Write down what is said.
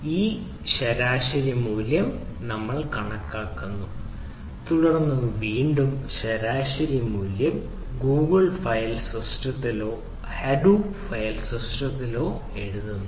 ഇത് ശരാശരി മൂല്യം കണക്കാക്കുന്നു തുടർന്ന് ഇത് വീണ്ടും ശരാശരി മൂല്യം ഗൂഗിൾ ഫയൽ സിസ്റ്റത്തിലേക്കോ ഹഡൂപ്പ് ഫയൽ സിസ്റ്റത്തിലേക്കോ എഴുതുന്നു